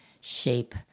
shape